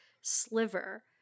sliver